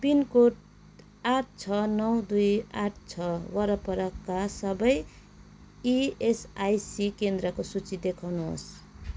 pin code आठ छ नौ दुई आठ छ वरपरका सबै इएसआइसी केन्द्रको सूची देखाउनुहोस्